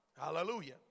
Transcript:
Hallelujah